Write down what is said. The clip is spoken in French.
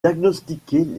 diagnostiquer